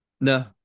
No